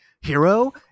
hero